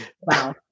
Wow